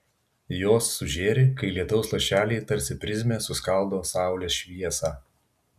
jos sužėri kai lietaus lašeliai tarsi prizmė suskaldo saulės šviesą